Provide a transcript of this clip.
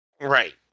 Right